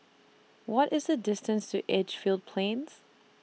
What IS The distance to Edgefield Plains